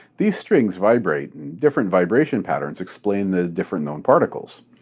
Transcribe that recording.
these strings vibrate and different vibration patterns explain the different known particles.